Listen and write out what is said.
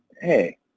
hey